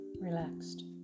relaxed